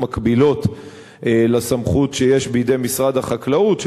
מקבילות לסמכות שיש בידי משרד החקלאות,